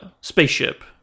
spaceship